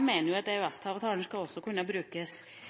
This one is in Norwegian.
mener at EØS-avtalen også skal kunne brukes til å si nei til noen direktiver når de er for inngripende overfor norske borgere. Det å påstå at